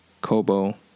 Kobo